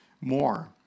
more